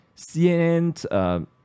CNN